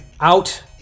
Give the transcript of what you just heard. out